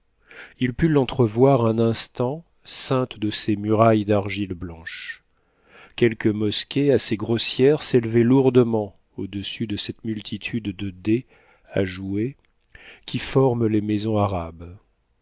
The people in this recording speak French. il put l'entrevoir un instant ceinte de ses murailles d'argile blanche quelques mosquées assez grossières s'élevaient lourdement au-dessus de cette multitude de dés à jouer qui forment les maisons arabes